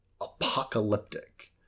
apocalyptic